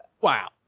wow